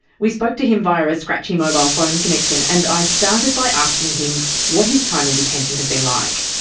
we spoke to him via a scratchy mobile phone connection, and i started by asking him what his time in detention has been like.